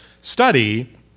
study